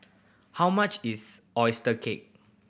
how much is oyster cake